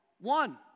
one